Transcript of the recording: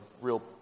real